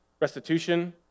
restitution